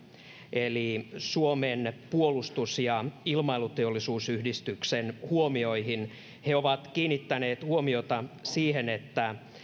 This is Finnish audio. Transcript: eli suomen puolustus ja ilmailuteollisuusyhdistyksen huomioihin he ovat kiinnittäneet huomiota siihen että